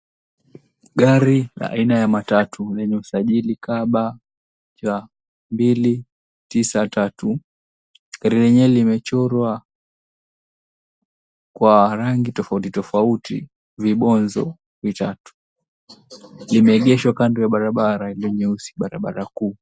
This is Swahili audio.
Gari la aina ya matatu yenye usajili KBC 293. Lenyewe limechorwa kwa rangi tofautitofauti vibonzo vitatu. Limeegeshwa kando ya barabara yenye si barabara kuu.